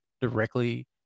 directly